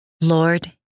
Lord